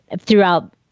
throughout